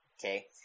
okay